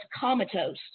comatose